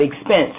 expense